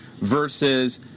versus